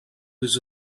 was